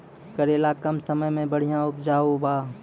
करेला कम समय मे बढ़िया उपजाई बा?